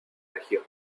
región